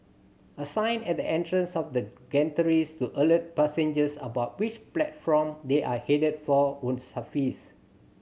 a sign at the entrance of the gantries to alert passengers about which platform they are headed for would suffice